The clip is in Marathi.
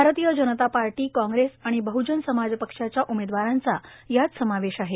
भारतीय जनता पार्टी कांग्रेस आणि बहजन समाज पक्षाच्या उमेदवारांचा यात समावेश आहे